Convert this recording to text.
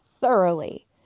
Thoroughly